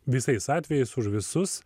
visais atvejais už visus